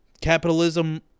Capitalism